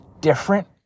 different